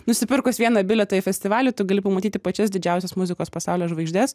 nusipirkus vieną bilietą į festivalį tu gali pamatyti pačias didžiausias muzikos pasaulio žvaigždes